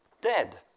dead